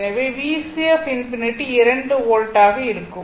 எனவே VC ∞ 2 volt ஆகும்